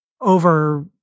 over